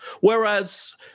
Whereas